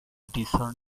discern